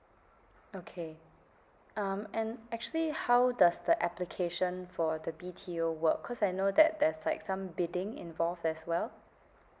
okay um and actually how does the application for the B_T_O work cause I know that there's like some bidding involved as well